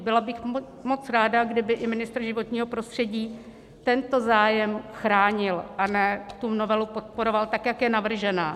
Byla bych moc ráda, kdyby i ministr životního prostředí tento zájem chránil, a ne tu novelu podporoval tak, jak je navržená.